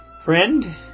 Friend